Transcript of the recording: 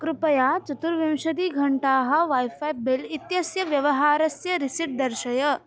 कृपया चतुर्विंशतिघण्टाः wifi bill इत्यस्य व्यवहारस्य रिसिट् दर्शय